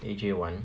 A_J [one]